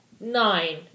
nine